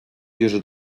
bierze